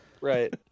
Right